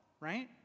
right